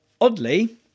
Oddly